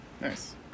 Nice